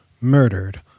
murdered